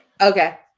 Okay